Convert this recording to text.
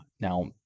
Now